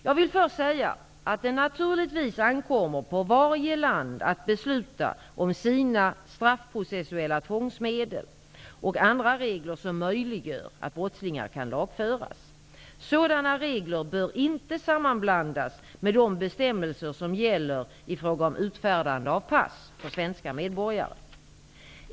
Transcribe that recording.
Jag vill först säga att det naturligtvis ankommer på varje land att besluta om sina straffprocessuella tvångsmedel och andra regler som möjliggör att brottslingar kan lagföras. Sådana regler bör inte sammanblandas med de bestämmelser som gäller i fråga om utfärdande av pass för svenska medborgare.